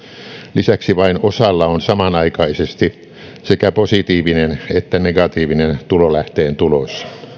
lisäksi vain osalla on samanaikaisesti sekä positiivinen että negatiivinen tulolähteen tulos